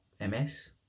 MS